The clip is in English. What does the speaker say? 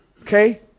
Okay